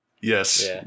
Yes